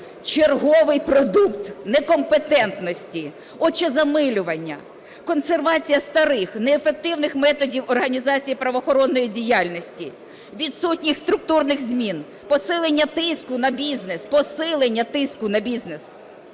Черговий продукт некомпетентності, очезамилювання консервація старих неефективних методів організації правоохоронної діяльності, відсутність структурних змін, посилення тиску на бізнес, посилення тиску на бізнес.